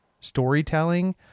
storytelling